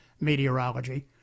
meteorology